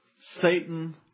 Satan